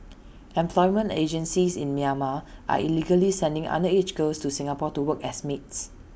employment agencies in Myanmar are illegally sending underage girls to Singapore to work as maids